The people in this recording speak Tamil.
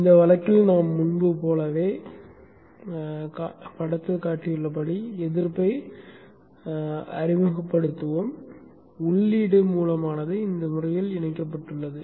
இந்த வழக்கில் நாம் முன்பு போலவே காட்டப்பட்டுள்ள எதிர்ப்பை அறிமுகப்படுத்துவோம் உள்ளீடு மூலமானது இந்த முறையில் இணைக்கப்பட்டுள்ளது